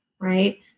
right